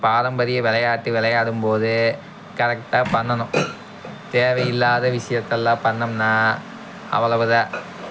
பாரம்பரிய விளையாட்டு விளையாடும்போது கரெக்டாக பண்ணணும் தேவையில்லாத விஷியத்தெல்லாம் பண்ணோம்ன்னா அவ்வளவுதான்